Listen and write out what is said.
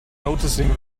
noticing